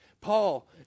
Paul